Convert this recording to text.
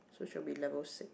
so should be level six